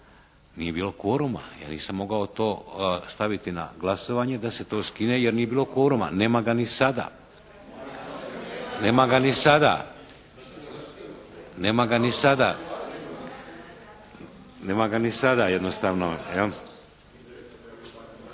Nije bilo kvoruma. Ja nisam mogao to staviti na glasovanje da se to skine jer nije bilo kvoruma. Nema ga ni sada, nema ga ni sada. Nema ga ni sada jednostavno,